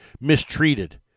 mistreated